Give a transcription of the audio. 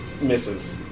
misses